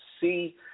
See